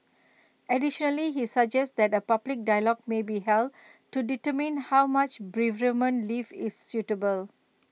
additionally he suggests that A public dialogue may be held to determine how much bereavement leave is suitable